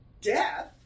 death